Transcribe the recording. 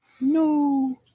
No